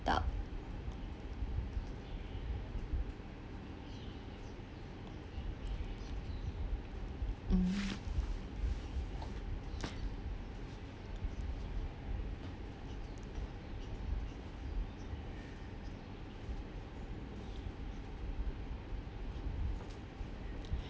doubt hmm